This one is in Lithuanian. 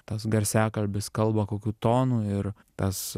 tas garsiakalbis kalba kokiu tonu ir tas